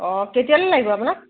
অঁ কেতিয়ালৈ লাগিব আপোনাক